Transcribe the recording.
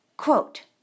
Quote